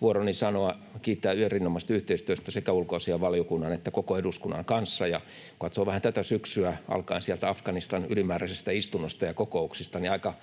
vuoroni kiittää erinomaisesta yhteistyöstä sekä ulkoasiainvaliokunnan että koko eduskunnan kanssa. Kun katsoo vähän tätä syksyä, alkaen sieltä ylimääräisestä Afganistan-istunnosta ja ‑kokouksista, niin aika